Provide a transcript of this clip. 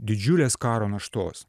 didžiulės karo naštos